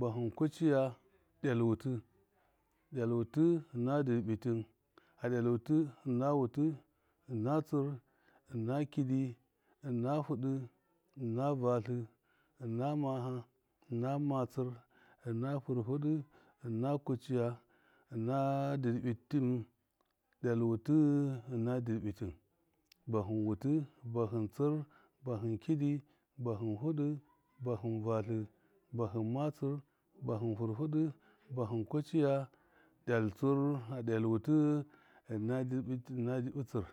bahɨn kuciya, del wutɨ, del wutɨ ina dirbɨ tim a del wutɨ ɨna wutɨ, ɨna tsir, ɨna kidi, ɨna fɨɗɨ vatlɨ, ɨna maha, ɨna matsir, ɨna fɨrfɨdɨ, ɨna kuciya, ɨnaaa dirbi tini, del wutɨ ɨna dirbi tɨm, bahɨn wutɨ, bahɨn tsir, bahɨn kidi, bahɨn fɨdɨ, bahɨn vatlɨ, bahɨn matsir, bahɨn firdɨ, bahɨn kuciya del tsir ɨna- ina diɓɨ tsṫr.